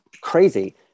crazy